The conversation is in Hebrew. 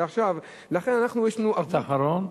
משפט אחרון.